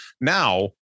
now